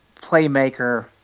playmaker